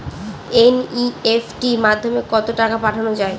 NEFT মাধ্যমে কত টাকা পাঠানো যায়?